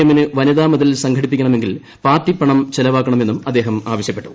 എമ്മിന് വനിതാ മതിൽ സംഘടിപ്പിക്കണമെങ്കിൽ പാർട്ടി പണം ് ചെലവാക്കാണമെന്നും അദ്ദേഹം ആവശ്യപ്പെട്ടു